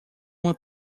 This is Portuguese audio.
uma